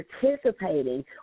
participating